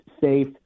safe